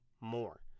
more